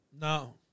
No